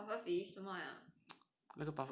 !huh! pufferfish 什么来的